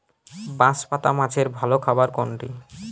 বাঁশপাতা মাছের ভালো খাবার কোনটি?